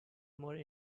more